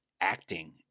acting